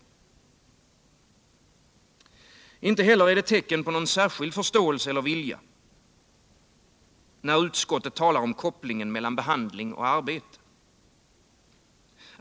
Onsdagen den Inte heller är det tecken på någon särskild förståelse eller vilja när utskottet 31 maj 1978 talar om kopplingen mellan behandling och arbete.